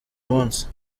munsi